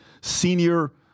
Senior